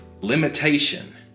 limitation